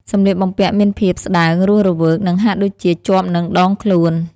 សម្លៀកបំពាក់មានភាព ស្តើង រស់រវើក និងហាក់ដូចជាជាប់នឹងដងខ្លួន។